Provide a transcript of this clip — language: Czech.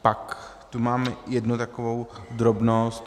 Pak tu mám jednu takovou drobnost.